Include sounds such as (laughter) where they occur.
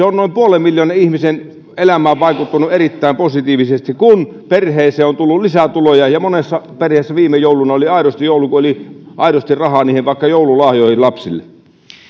(unintelligible) on noin puolen miljoonan ihmisen elämään vaikuttanut erittäin positiivisesti kun perheeseen on tullut lisätuloja ja monessa perheessä viime jouluna oli aidosti joulu kun oli aidosti rahaa vaikka joululahjoihin lapsille